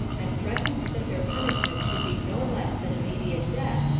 and threatened that their punishment should be no less than immediate death,